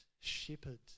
shepherd